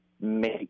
make